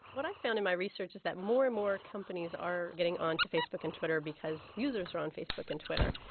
what i found in my research is that more and more companies are getting on to facebook and twitter because users are on facebook and twitter,